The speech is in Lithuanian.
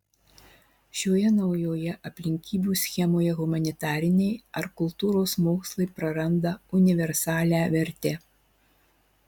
šioje naujoje aplinkybių schemoje humanitariniai ar kultūros mokslai praranda universalią vertę